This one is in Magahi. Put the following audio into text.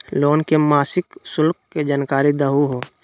लोन के मासिक शुल्क के जानकारी दहु हो?